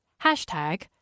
Hashtag